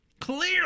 Clearly